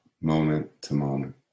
moment-to-moment